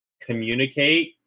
communicate